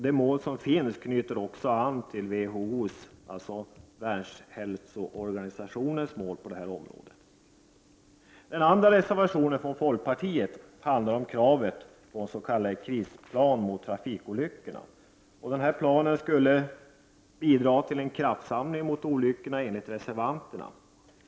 Detta mål knyter också an till WHO:s — alltså världshälsoorganisationens — mål på detta område. Den andra reservationen, från folkpartiet, handlar om kravet på en s.k. krisplan mot trafikolyckorna. Denna plan skulle bidra till en kraftsamling mot olyckorna, enligt reservanterna.